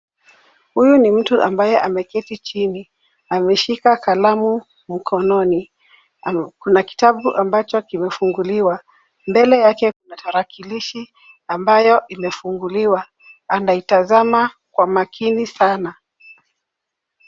Huyu ni mtu ambaye ameketi chini. Ameshika kalamu mkononi. Kuna kitabu ambacho kimefunguliwa. Mbele yake kuna tarakilishi ambayo imefunguliwa. Anaitazama kwa makini sana.